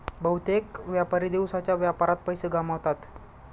बहुतेक व्यापारी दिवसाच्या व्यापारात पैसे गमावतात